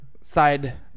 side